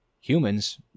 Humans